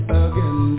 again